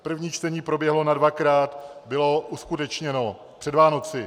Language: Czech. První čtení proběhlo nadvakrát, bylo uskutečněno před Vánoci.